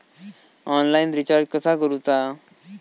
Online recharge कसा करूचा?